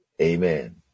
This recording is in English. Amen